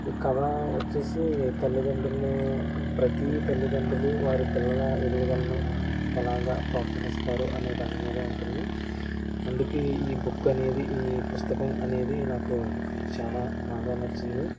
ఈ కథ వచ్చేసి తల్లిదండ్రులను ప్రతి తల్లిదండ్రులు వారి పిల్లల ఎదుగుదలను ఎలాగా ప్రోత్సహిస్తారు అనే దాని మీద ఉంటుంది అందుకు ఈ బుక్ అనేది ఈ పుస్తకం అనేది నాకు చాలా బాగా నచ్చింది